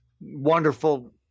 wonderful